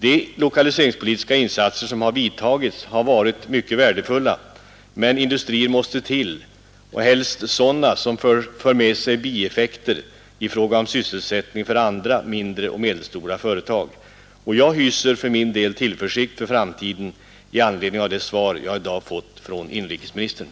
De lokaliseringspolitiska insatser som vidtagits har varit mycket värdefulla, men industrier mäste till och helst sådana som för med sig bieffekter i fråga om sysselsättning för andra, mindre och medelstora, företag. Jag hyser för min del tillförsikt för framtiden i anledning av det svar som jag i dag har fätt från inrikesministern.